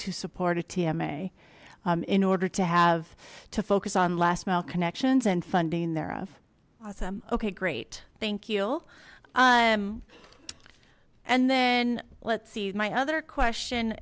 to support at ema in order to have to focus on last mile connections and funding thereof awesome okay great thank you um and then let's see my other question